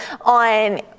on